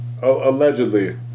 allegedly